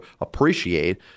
appreciate